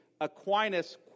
Aquinas